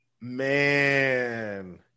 Man